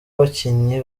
abakinnyi